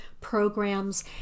programs